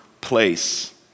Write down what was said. place